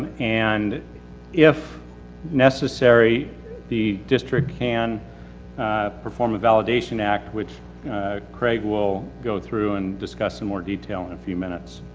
and if necessary the district can perform a validation act, which craig will go through and discuss in more detail in a few minutes.